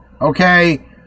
okay